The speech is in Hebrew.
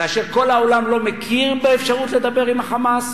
כאשר כל העולם לא מכיר באפשרות לדבר עם ה"חמאס"